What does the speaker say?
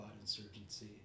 insurgency